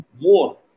more